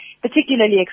particularly